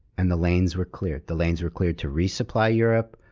and the lanes were cleared. the lanes were cleared to resupply europe,